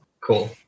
Cool